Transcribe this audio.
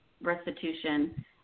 restitution